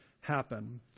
happen